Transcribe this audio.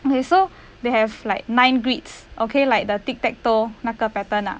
okay so they have like nine grids okay like the tic tac toe 那个 pattern ah